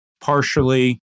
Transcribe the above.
partially